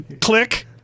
Click